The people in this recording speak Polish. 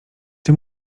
czy